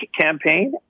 campaign